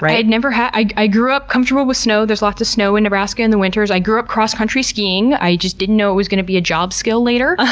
right? i'd never, i i grew up comfortable with snow. there's lots of snow in nebraska in the winters. i grew up cross country skiing, i just didn't know it was going to be a job skill later. ah